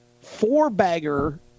four-bagger